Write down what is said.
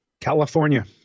California